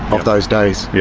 of those days. yeah